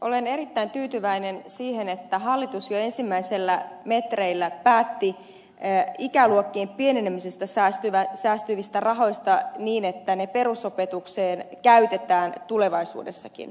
olen erittäin tyytyväinen siihen että hallitus jo ensimmäisillä metreillä päätti ikäluokkien pienenemisestä säästyvistä rahoista niin että ne käytetään perusopetukseen tulevaisuudessakin